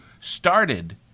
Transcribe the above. started